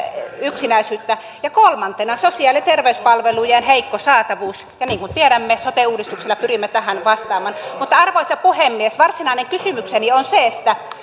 yksinäisyyttä ja kolmantena sosiaali ja terveyspalvelujen heikko saatavuus ja niin kuin tiedämme sote uudistuksella pyrimme tähän vastaamaan mutta arvoisa puhemies varsinainen kysymykseni on se että kun